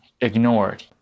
ignored